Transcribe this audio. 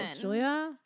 Julia